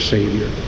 Savior